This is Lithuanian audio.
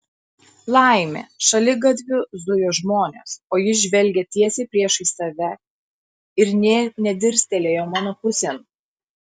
laimė šaligatviu zujo žmonės o jis žvelgė tiesiai priešais save ir nė nedirstelėjo mano pusėn